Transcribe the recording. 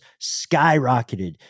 skyrocketed